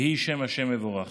יהי שם ה' מבורך.